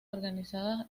organizadas